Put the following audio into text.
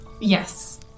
yes